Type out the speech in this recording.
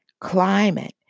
climate